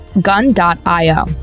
Gun.io